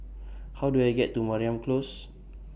How Do I get to Mariam Close